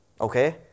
Okay